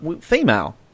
female